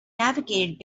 navigated